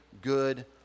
good